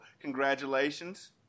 Congratulations